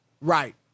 Right